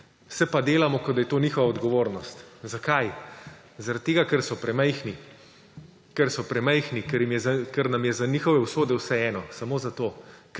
se pa delamo, kot da je to njihova odgovornost. Zakaj? Zaradi tega, ker so premajhni! Ker so premajhni, ker nam je za njihove usode vseeno, samo zato.